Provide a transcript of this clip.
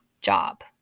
job